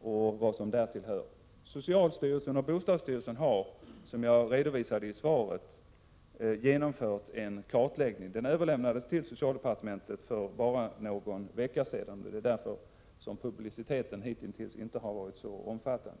och vad som därtill hör. Socialstyrelsen och bostadsstyrelsen har, som jag redovisade i svaret, genomfört en kartläggning. Den överlämnades till socialdepartementet för bara någon vecka sedan, och det är därför som publiciteten hitintills inte har varit så omfattande.